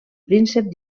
príncep